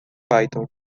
python